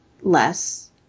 less